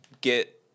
get